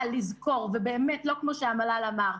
אבל לזכור, ובאמת, לא כמו שהמל"ל אמר,